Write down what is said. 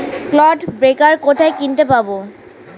Clod breaker কোথায় কিনতে পাব?